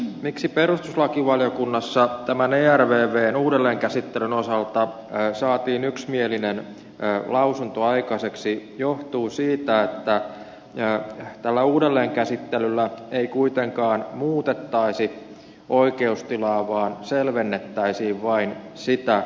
se miksi perustuslakivaliokunnassa tämän ervvn uudelleenkäsittelyn osalta saatiin yksimielinen lausunto aikaiseksi johtuu siitä että tällä uudelleenkäsittelyllä ei kuitenkaan muutettaisi oikeustilaa vaan selvennettäisiin vain sitä